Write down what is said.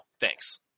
Thanks